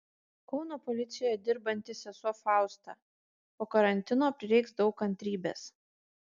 kauno policijoje dirbanti sesuo fausta po karantino prireiks daug kantrybės